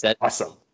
awesome